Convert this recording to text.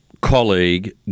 colleague